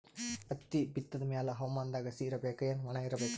ಹತ್ತಿ ಬಿತ್ತದ ಮ್ಯಾಲ ಹವಾದಾಗ ಹಸಿ ಇರಬೇಕಾ, ಏನ್ ಒಣಇರಬೇಕ?